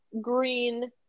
green